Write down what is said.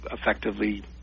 effectively